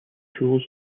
tools